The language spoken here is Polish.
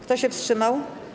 Kto się wstrzymał?